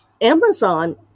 Amazon